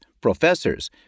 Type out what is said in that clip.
professors